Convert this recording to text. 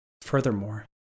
Furthermore